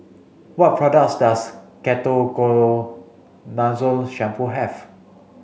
what products does Ketoconazole shampoo have